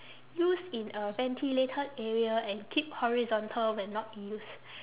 use in a ventilated area and keep horizontal when not in use